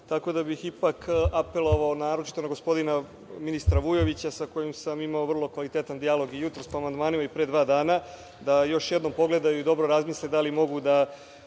tako da bih ipak apelovao, naročito, na gospodina ministra Vujovića, sa kojim sam imao veoma kvalitetan dijalog i jutros po amandmanima i pre dva dana, da još jednom pogledaju i dobro razmisle da li mogu da